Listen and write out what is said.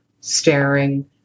staring